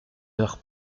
leur